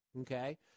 okay